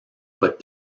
but